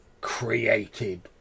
created